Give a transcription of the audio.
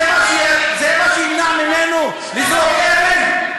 שנשמור על הילדים שלהם,